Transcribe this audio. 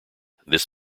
this